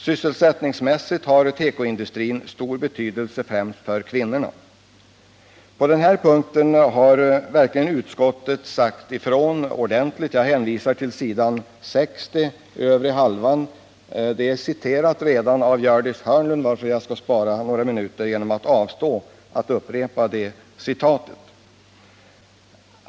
Sysselsättningsmässigt har tekoindustrin stor betydelse främst för kvinnorna. På denna punkt har utskottet verkligen sagt ifrån ordentligt. Jag hänvisar till utskottsbetänkandet s. 60, övre halvan. Gördis Hörnlund har redan citerat detta avsnitt, varför jag skall spara några minuter genom att avstå från en upprepning.